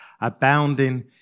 abounding